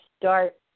start